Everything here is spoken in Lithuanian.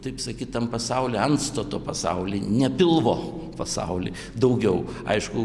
taip sakyt tam pasauly antstato pasauly ne pilvo pasauly daugiau aišku